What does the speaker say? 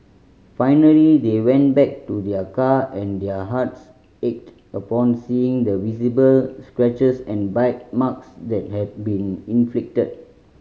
finally they went back to their car and their hearts ached upon seeing the visible scratches and bite marks that had been inflicted